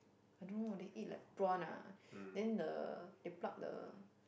I don't know they eat like prawn ah then the they pluck the